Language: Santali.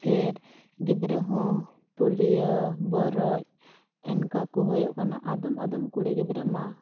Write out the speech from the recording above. ᱯᱷᱤᱨ ᱜᱤᱫᱽᱨᱟᱹ ᱦᱚᱸ ᱯᱳᱞᱤᱭᱳ ᱵᱚᱨᱚᱡ ᱚᱱᱟ ᱠᱚ ᱦᱩᱭᱩᱜ ᱠᱟᱱᱟ ᱟᱫᱚᱢ ᱰᱚᱢ ᱠᱩᱲᱤ ᱜᱤᱫᱽᱨᱟᱹᱢᱟ